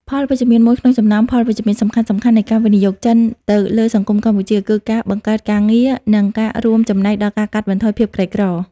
ផលវិជ្ជមានមួយក្នុងចំណោមផលវិជ្ជមានសំខាន់ៗនៃការវិនិយោគចិនទៅលើសង្គមកម្ពុជា គឺការបង្កើតការងារ និងការរួមចំណែកដល់ការកាត់បន្ថយភាពក្រីក្រ។